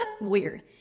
weird